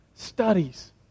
studies